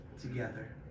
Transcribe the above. together